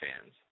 fans